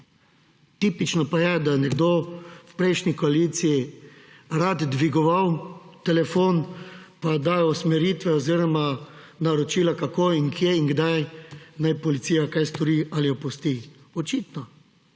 Tipično pa je, da je nekdo v prejšnji koaliciji rad dvigoval telefon in dajal usmeritve oziroma naročila, kako in kje in kdaj naj policija kaj stori ali opusti. Očitno.